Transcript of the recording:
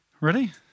Ready